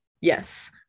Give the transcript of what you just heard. yes